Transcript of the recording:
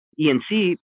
ENC